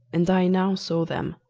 and i now saw them,